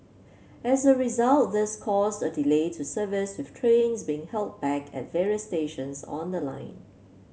as a result this caused a delay to service with trains being held back at various stations on the line